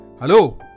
Hello